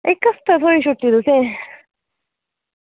इक्क हफ्ता थ्होई छुट्टी तुसेंगी